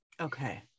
okay